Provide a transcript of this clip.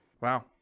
Wow